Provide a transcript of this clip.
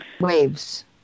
waves